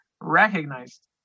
recognized